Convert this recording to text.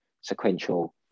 sequential